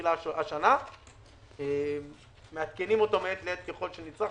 שמתחילה השנה ומעדכנים אותו מעת לעת ככל שנצרך.